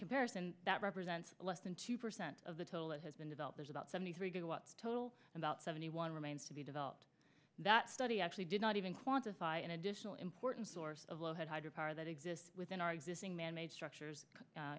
comparison that represents less than two percent of the toll it has been developed is about seventy three gigawatts total about seventy one remains to be developed that study actually did not even quantify an additional important source of low head hydro power that exists within our existing manmade structures